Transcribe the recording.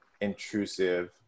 intrusive